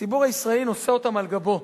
הציבור הישראלי נושא אותם על גבו,